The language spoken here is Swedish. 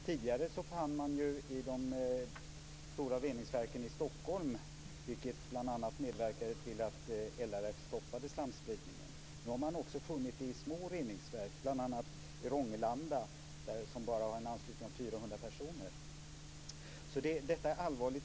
Tidigare fann man dem i de stora reningsverken i Stockholm, vilket bl.a. medverkade till att LRF stoppade slamspridningen. Nu har man också funnit dem i små reningsverk, bl.a. i Romelanda som har en anslutning av bara 400 personer. Detta är allvarligt.